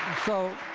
so